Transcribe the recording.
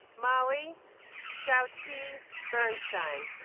mollie xiaoqi bernstein